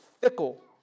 fickle